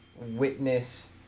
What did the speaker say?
witness